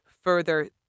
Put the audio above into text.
further